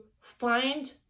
find